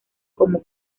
como